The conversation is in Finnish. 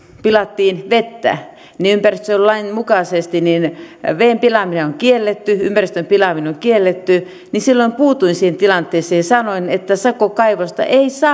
pilattiin vettä niin koska ympäristönsuojelulain mukaisesti veden pilaaminen on kielletty ympäristön pilaaminen on kielletty niin silloin puutuin siihen tilanteeseen ja sanoin että sakokaivosta ei saa